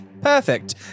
Perfect